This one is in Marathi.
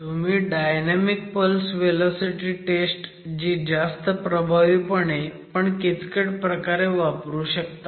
तुम्ही डायनॅमिक पल्स व्हेलॉसिटी टेस्ट जी जास्त प्रभावीपणे पण किचकट प्रकारे वापरू शकता